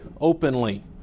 openly